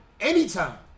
Anytime